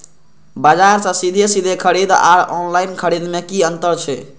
बजार से सीधे सीधे खरीद आर ऑनलाइन खरीद में की अंतर छै?